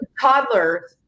toddler